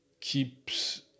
keeps